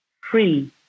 free